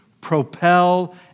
propel